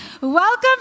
Welcome